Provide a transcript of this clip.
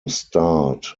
starred